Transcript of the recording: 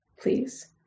please